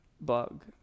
bug